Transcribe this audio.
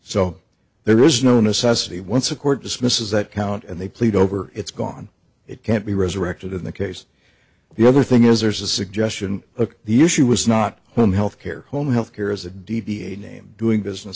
so there is no necessity once a court dismisses that count and they plead over it's gone it can't be resurrected in that case the other thing is there's a suggestion look the issue was not home health care home health care is a d b a name doing business